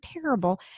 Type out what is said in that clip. terrible